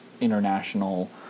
international